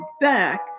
back